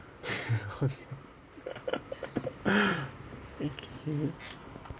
okay